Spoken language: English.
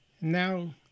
Now